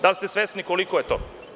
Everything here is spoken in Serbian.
Da li ste svesni koliko je to?